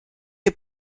est